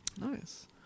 Nice